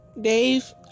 Dave